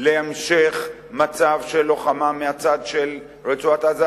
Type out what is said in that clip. להמשך מצב של לוחמה מהצד של רצועת-עזה